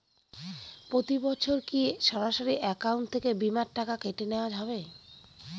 প্রতি বছর কি সরাসরি অ্যাকাউন্ট থেকে বীমার টাকা কেটে নেওয়া হবে?